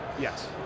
Yes